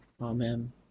amen